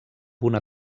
una